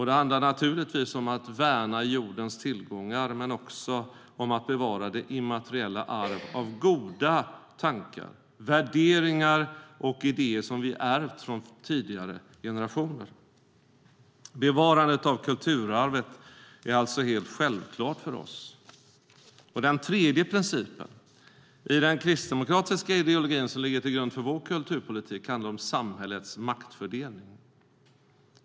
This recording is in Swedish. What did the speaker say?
Det handlar naturligtvis om att värna jordens tillgångar men också om att bevara det immateriella arv av goda tankar, värderingar och idéer som vi ärvt från tidigare generationer. Bevarandet av kulturarvet är alltså helt självklart för oss. Den tredje principen i den kristdemokratiska ideologi som ligger till grund för vår kulturpolitik handlar om samhällets maktfördelning.